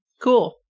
Cool